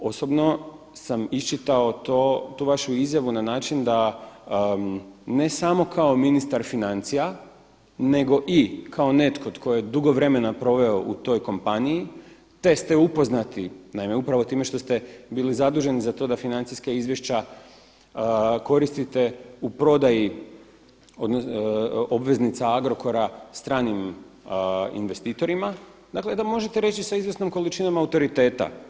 A osobno sam iščitao tu vašu izjavu na način da ne samo kao ministar financija nego i kao netko tko je dugo vremena proveo u toj kompaniji, te ste upoznati naime upravo time što ste bili zaduženi za to da financijska izvješća koristite u prodaji obveznica Agrokora stranim investitorima, dakle da možete reći sa izvjesnom količinom autoriteta.